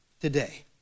today